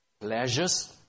pleasures